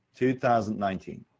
2019